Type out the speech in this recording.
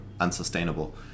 unsustainable